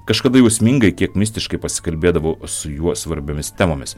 kažkada jausmingai kiek mistiškai pasikalbėdavau su juo svarbiomis temomis